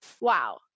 wow